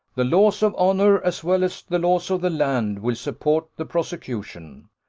the laws of honour, as well as the laws of the land, will support the prosecution.